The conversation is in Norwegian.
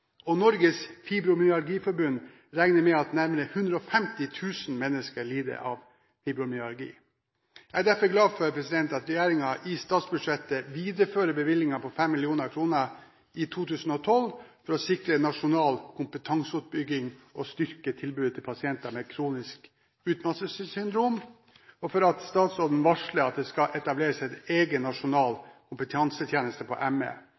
og Norges Fibromyalgi Forbund regner med at nærmere 150 000 mennesker lider av fibromyalgi. Jeg er derfor glad for at regjeringen i statsbudsjettet viderefører bevilgningen på 5 mill. kr i 2012 for å sikre nasjonal kompetanseoppbygging og styrke tilbudet til pasienter med kronisk utmattelsessyndrom, for at statsråden varsler at det skal etableres en egen nasjonal kompetansetjeneste på ME,